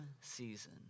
season